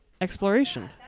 exploration